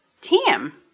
Tim